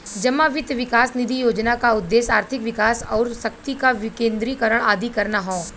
जमा वित्त विकास निधि योजना क उद्देश्य आर्थिक विकास आउर शक्ति क विकेन्द्रीकरण आदि करना हौ